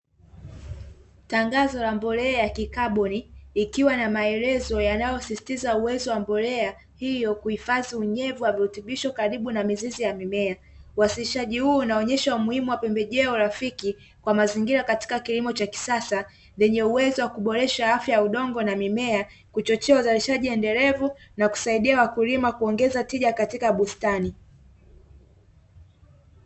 Tangazo la mbolea ya kikabuni ikiwa na maelezo yanayosisitiza uwezo wa mbolea hiyo kuhifadhi unyevu wa virutubisho karibu na mizizi ya mimea uwasishaji huu unaonyesha umuhimu wa pembejeo rafiki kwa mazingira katika kilimo cha kisasa zenye uwezo wa kuboresha afya ya udongo na mimea kuchochea uzalishaji uendelevu na kusaidia wakulima kuongeza tija katika bustani.